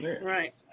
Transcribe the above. Right